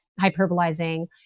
hyperbolizing